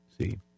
See